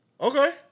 Okay